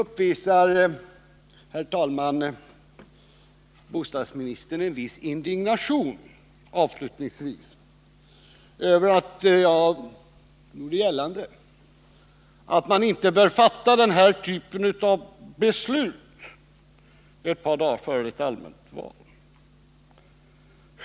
Sedan, herr talman, uppvisade bostadsministern avslutningsvis en viss indignation över att jag gjorde gällande att man inte bör fatta den här typen av beslut ett par dagar före ett allmänt val.